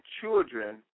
children